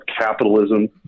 capitalism